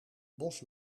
bos